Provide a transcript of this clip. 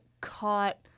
caught